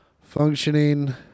functioning